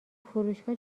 فروشگاه